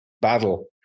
battle